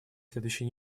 следующей